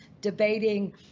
debating